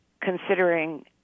considering